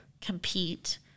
compete